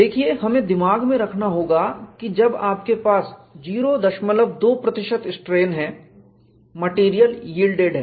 देखिए हमें दिमाग में रखना होगा कि जब आपके पास 02 प्रतिशत स्ट्रेन है मटेरियल यील्डेड है